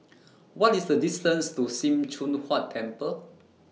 What IS The distance to SIM Choon Huat Temple